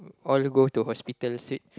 all you go to hospital see